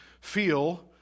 feel